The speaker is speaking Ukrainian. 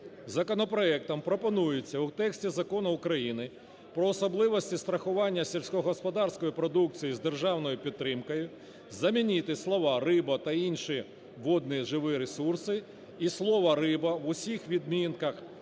Законопроектом пропонується у тексті Закону України "Про особливості страхування сільськогосподарської продукції з державною підтримкою" замінити слова "риба та інші водні живі ресурси" і слово "риба" в усіх відмінках